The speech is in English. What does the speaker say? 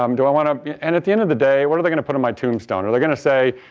um do i want to and at the end of the day what are they going to put in my tombstone? are they going to say,